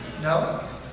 No